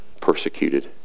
persecuted